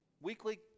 weekly